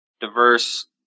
diverse